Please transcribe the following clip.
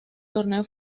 torneo